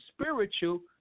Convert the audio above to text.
spiritual